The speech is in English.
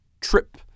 trip